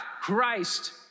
Christ